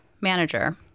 manager